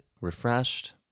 refreshed